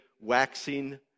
waxing